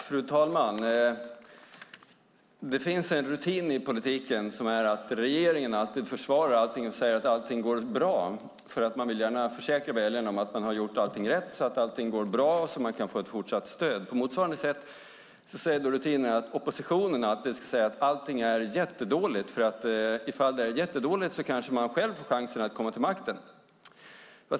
Fru talman! Det finns en rutin i politiken som innebär att regeringen alltid försvarar allting och säger att allting går bra. Man vill gärna försäkra väljarna om att man har gjort allting rätt så att allting går bra och man kan få fortsatt stöd. På motsvarande sätt innebär rutinen att oppositionen ska säga att allting är jättedåligt, för om det är jättedåligt kanske man själv får chansen att komma till makten.